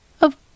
Of